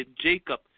Jacob